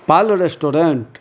Pal restaurant